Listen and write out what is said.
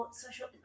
social